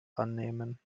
annehmen